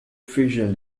fission